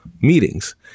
meetings